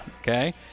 Okay